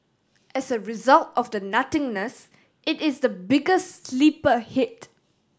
as a result of the nothingness it is the biggest sleeper hit